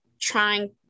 trying